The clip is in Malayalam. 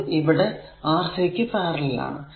അത് ഇവിടെ ഈ Rc ക്കു പാരലൽ ആണ്